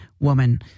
woman